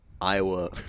iowa